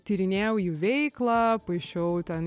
tyrinėjau jų veiklą paišiau ten